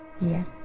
Yes